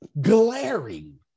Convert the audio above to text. glaring